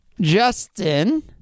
Justin